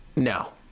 No